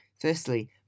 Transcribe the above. Firstly